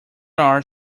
are